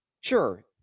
sure